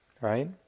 right